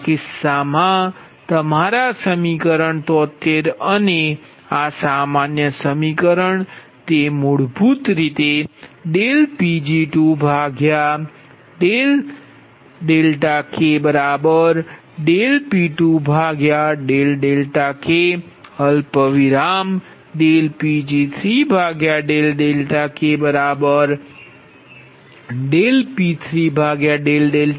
આ કિસ્સામાં તમારા સમીકરણ 73 અને આ સામાન્ય સમીકરણ તે મૂળભૂત રીતે P2kP2k P3kP3kછે